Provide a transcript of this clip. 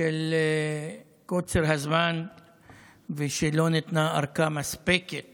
בשל קוצר הזמן ובשל כך שלא ניתנה להם ארכה מספקת